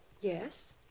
Yes